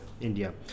India